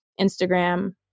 Instagram